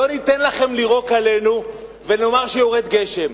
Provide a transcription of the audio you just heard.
לא ניתן לכם לירוק עלינו ולומר שיורד גשם.